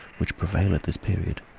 which prevail at this period,